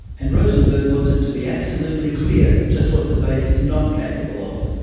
and rosenberg wants it to be absolutely clear just what the base is not capable of.